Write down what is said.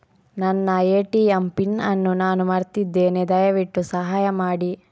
ನನ್ನ ATM PIN ಅನ್ನು ನಾನು ಮರ್ತಿದ್ಧೇನೆ, ದಯವಿಟ್ಟು ಸಹಾಯ ಮಾಡಿ